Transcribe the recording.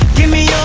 give me